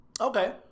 Okay